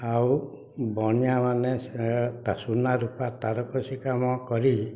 ଆଉ ବଣିଆମାନେ ସେଇଟା ସୁନା ରୁପା ତାରକସି କାମ କରି